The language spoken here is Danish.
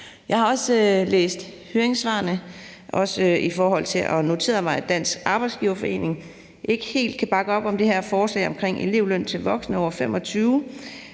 Jeg har også læst høringssvarene og noteret mig, at Dansk Arbejdsgiverforening ikke helt kan bakke op om det her forslag om elevløn til voksne over 25